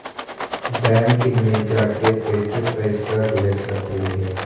Bank मे जाके कैसे पैसा भेज सकली हे?